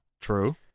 true